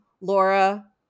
Laura